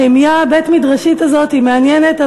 ההמיה הבית-מדרשית הזאת מעניינת,